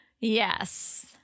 Yes